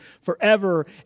forever